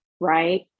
right